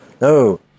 no